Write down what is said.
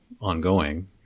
ongoing